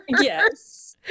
Yes